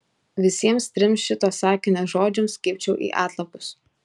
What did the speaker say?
visiems trims šito sakinio žodžiams kibčiau į atlapus